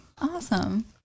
Awesome